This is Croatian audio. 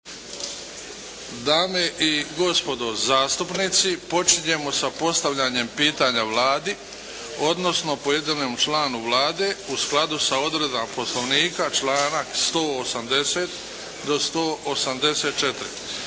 Dame i gospodo zastupnici, počinjemo sa postavljanjem pitanje Vladi odnosno pojedinom članu Vlade u skladu sa odredbama poslovnika članak 180. do 184.